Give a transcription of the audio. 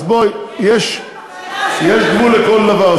אז בואי, יש גבול לכל דבר.